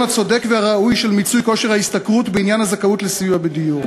הצודק והראוי של מיצוי כושר ההשתכרות בעניין הזכאות לסיוע בדיור.